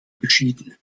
beschieden